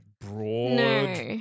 broad